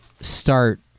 start